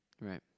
Right